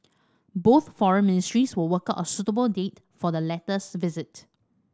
both foreign ministries will work out a suitable date for the latter's visit